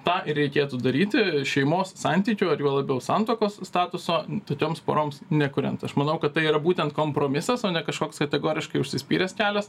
tą ir reikėtų daryti šeimos santykių ar juo labiau santuokos statuso tokioms poroms nekuriant aš manau kad tai yra būtent kompromisas o ne kažkoks kategoriškai užsispyrę kelias